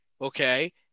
okay